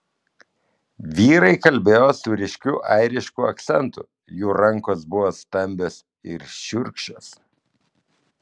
vyrai kalbėjo su ryškiu airišku akcentu jų rankos buvo stambios ir šiurkščios